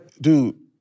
dude